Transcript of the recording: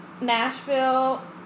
Nashville